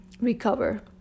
recover